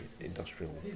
industrial